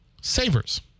Savers